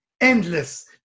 Endless